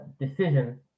decision